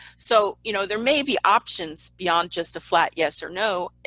so you know there may be options beyond just the flat yes or no.